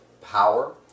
power